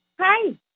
Hi